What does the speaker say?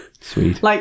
Sweet